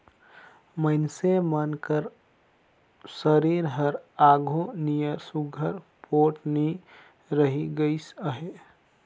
मइनसे मन कर सरीर हर आघु नियर सुग्घर पोठ नी रहि गइस अहे